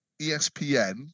espn